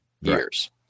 years